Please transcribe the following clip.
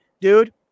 dude